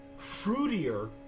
fruitier